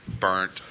burnt